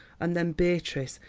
and then beatrice,